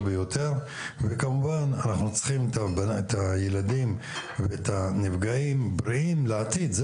ביותר וכמובן אנחנו צריכים את הילדים ואת הנפגעים בריאים לעתיד,